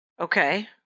Okay